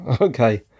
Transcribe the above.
Okay